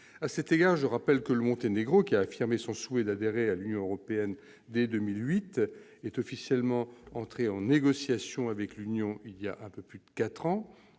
À cet égard, je rappelle que le Monténégro, qui a affirmé son souhait d'adhérer à l'Union européenne dès 2008 est officiellement entré en négociation avec l'Union européenne il y a un peu plus de quatre